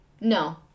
No